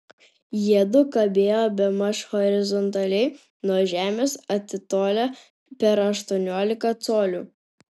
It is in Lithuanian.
jiedu kabėjo bemaž horizontaliai nuo žemės atitolę per aštuoniolika colių